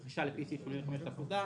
רכישה לפי סעיף 85 לפקודה,